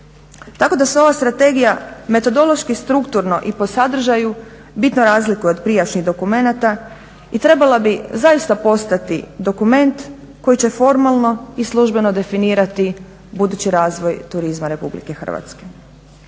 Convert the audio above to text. Tako da se ova strategija metodološki, strukturno i po sadržaju bitno razlikuje od prijašnjih dokumenata i trebala bi zaista postati dokument koji će formalno i službeno definirati budući razvoj turizma RH. Motivirat će